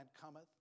cometh